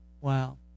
Wow